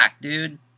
dude